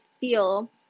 feel